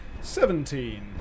Seventeen